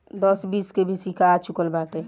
दस बीस के भी सिक्का आ चूकल बाटे